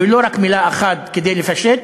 ולא רק מילה אחת כדי לפשט,